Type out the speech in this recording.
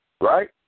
right